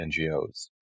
NGOs